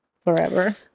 forever